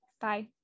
Bye